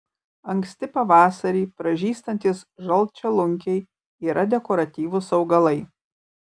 anksti pavasarį pražystantys žalčialunkiai yra dekoratyvūs augalai